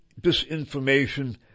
disinformation